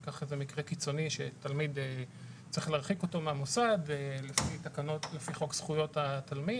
ניקח מקרה קיצוני שצריך להרחיק תלמיד מהמוסד ולפי חוק זכויות התלמיד